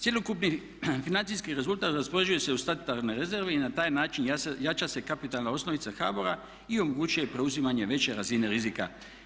Cjelokupni financijski rezultat raspoređuje se u statutarne rezerve i na taj način jača se kapitalna osnovica HBOR-a i omogućuje preuzimanje veće razine rizika.